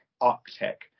Arctic